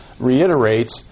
reiterates